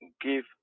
give